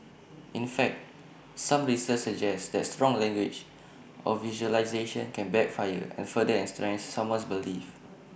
in fact some research suggests that strong language or visualisations can backfire and further entrench someone's beliefs